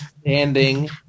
Standing